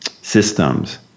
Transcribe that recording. systems